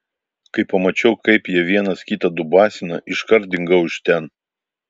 kai pamačiau kaip jie vienas kitą dubasina iškart dingau iš ten